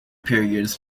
periods